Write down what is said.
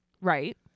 right